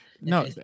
no